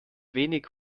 wenig